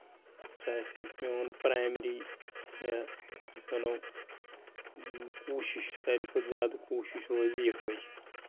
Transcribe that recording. سُہ آسہِ میون پرایمری یا یَتھ أسۍ وَنو کوٗشِش ساروے کھۄتہٕ زیادٕ کوٗشِش روزِ یِہوے